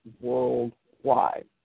worldwide